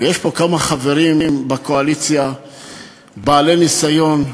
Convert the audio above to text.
ויש פה כמה חברים בקואליציה שהם בעלי ניסיון,